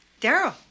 Daryl